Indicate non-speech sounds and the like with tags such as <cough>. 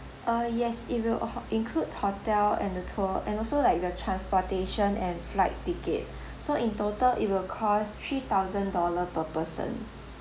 uh yes it will h~ include hotel and the tour and also like the transportation and flight ticket <breath> so in total it will cost three thousand dollar per person